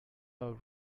our